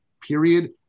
period